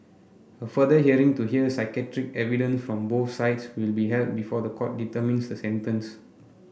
a further hearing to hear psychiatric evidence from both sides will be held before the court determines the sentence